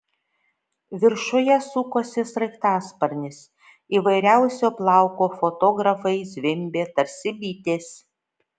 viršuje sukosi sraigtasparnis įvairiausio plauko fotografai zvimbė tarsi bitės